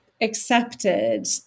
accepted